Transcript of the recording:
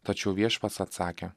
tačiau viešpats atsakė